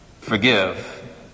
forgive